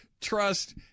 trust